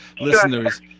listeners